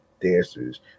dancers